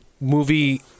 movie